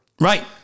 Right